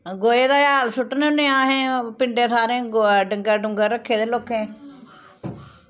गोहे दा हैल सुट्टने होन्ने आं अस पिंडें थाह्रें डंगर डुंगर रक्खे दे लोकें